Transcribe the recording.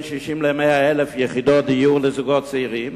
60,000 ל-100,000 יחידות דיור לזוגות צעירים.